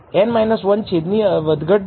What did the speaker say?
n 1 છેદની વધઘટ દર્શાવશે